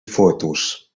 fotos